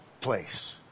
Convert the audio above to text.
place